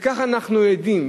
וכך אנחנו עדים,